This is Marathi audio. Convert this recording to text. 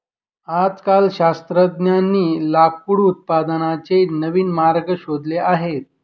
आजकाल शास्त्रज्ञांनी लाकूड उत्पादनाचे नवीन मार्ग शोधले आहेत